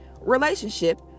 relationship